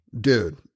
Dude